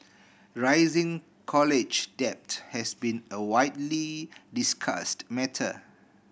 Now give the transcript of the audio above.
rising college debt has been a widely discussed matter